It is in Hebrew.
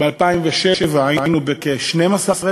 ב-2007 היו לנו כ-12,000